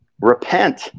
Repent